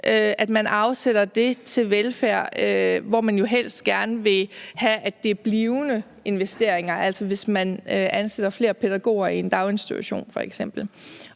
at man afsætter det til velfærd, hvor man jo helst gerne vil have, at det er blivende investeringer, altså hvis man f.eks. ansætter flere pædagoger i en daginstitution.